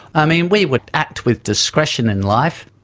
i mean, we would act with discretion in life.